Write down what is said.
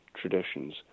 traditions